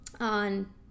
on